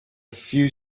few